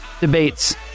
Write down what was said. debates